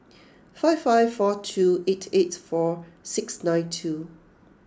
five five four two eight eight four six nine two